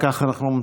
אם כך, אנחנו,